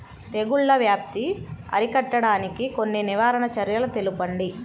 తెగుళ్ల వ్యాప్తి అరికట్టడానికి కొన్ని నివారణ చర్యలు తెలుపండి?